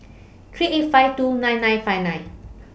three eight five two nine nine five nine